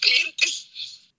clientes